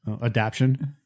Adaption